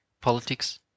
Politics